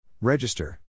Register